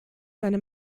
seine